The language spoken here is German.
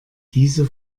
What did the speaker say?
diese